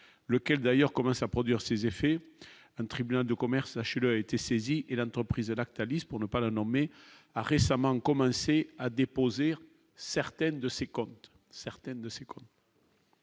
lequel d'ailleurs commence à produire ses effets, un tribunal de commerce, sachez-le, a été saisi et l'entreprise Lactalis s'pour ne pas le nommer, a récemment commencé à déposer, certaines de ses comptes,